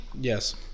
Yes